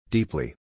Deeply